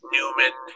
Newman